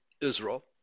Israel